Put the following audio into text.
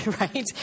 right